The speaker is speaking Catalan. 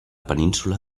península